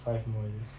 five more years